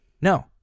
No